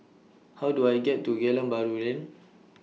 How Do I get to Geylang Bahru Lane